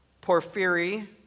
Porphyry